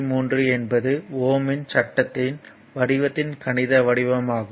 3 என்பது Ω இன் சட்டத்தின் ohm's law வடிவத்தின் கணித வடிவமாகும்